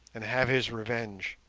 and have his revenge.